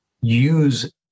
use